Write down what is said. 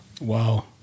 Wow